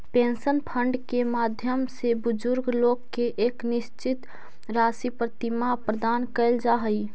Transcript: pension fund के माध्यम से बुजुर्ग लोग के एक निश्चित राशि प्रतिमाह प्रदान कैल जा हई